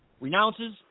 renounces